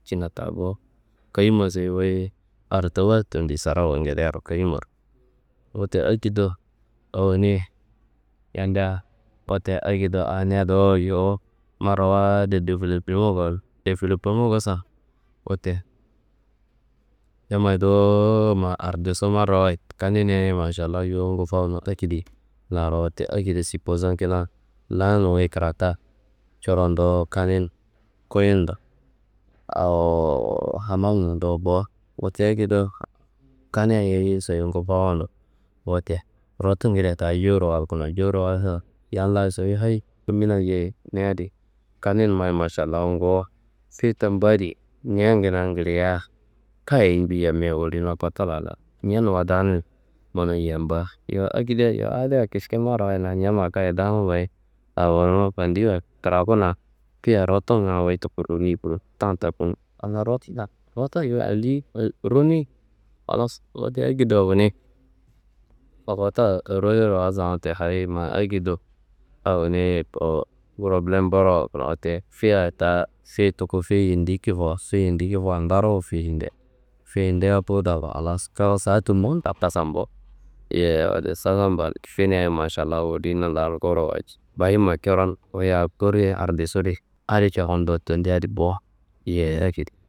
Cina ta bo kayimma soyi wuyi artawuwa tendiyi sarawuwo angedearo kayimmaro. Wote akedo awone yandea wote akedo ania dowo yuwu marawayido developema gowuno. Developema gosa, wote yammayi dowo ma ardiso marawayid kaniyaye Mašallawu yuwu gufawuno akedi larro wote akedi sipozon kina. Laan wuyi kiraka coron dowo kani n kuyi ndo awowo hamam ndo bowo. Wote akedo kaniyaye soyi gufawano, wote rotungedea ta juwuro walkuno. Jowuro walsan yal layi soyi hayi rimina yeyi ni adi kaninummayi Mašallawu nguwu feye tamba adi ñan kina ngilia, kayi nju yamia adi woliyina kotula ñannumma daanuyi gonun yamba? Yowo akedia yowo adiwa kiske marawayid ñamma kayi daangu mayi. Awoni fandiwa kirakuna, feyea rotunga wuyi tuku roni bo tan takunu anaa rotuna, rota yeyi andiyi ronei. Halas wote akedo awone rowota royeiro walsan wote hayi ma akedo awone ko problem boro walkuno. Wote feyea ta feye tuku feye yindi kifowo, feye yindi kifuwa ndaruwu feye yindiya feye yindiya kuduwa halas coro saa tullon ta kasambo. Yowo sasamban feyeniya Mašallawu woliyina larro nguwuro walca. Bahimma coron wuyi aa kowuruniya ardisudi adi coron do tendi adi bo, yeyi akedi.